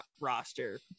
roster